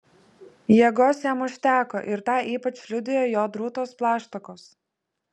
jėgos jam užteko ir tą ypač liudijo jo drūtos plaštakos